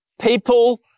People